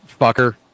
fucker